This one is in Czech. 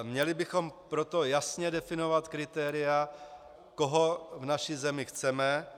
Měli bychom proto jasně definovat kritéria, koho v naší zemi chceme.